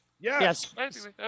Yes